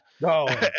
No